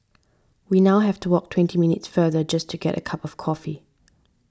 we now have to walk twenty minutes further just to get a cup of coffee